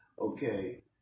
okay